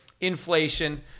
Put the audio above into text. inflation